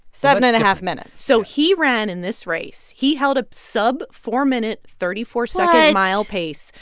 seven and a half minutes so he ran in this race, he held a sub four minute, thirty four second mile pace.